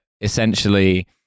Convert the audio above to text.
essentially